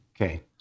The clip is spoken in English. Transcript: Okay